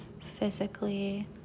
physically